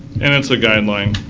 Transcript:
and it's a guideline.